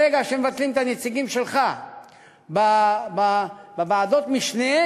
ברגע שמבטלים את הנציגים בוועדות המשנה,